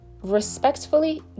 respectfully